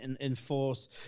enforce